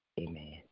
Amen